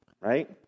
right